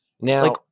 now